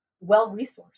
well-resourced